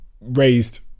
raised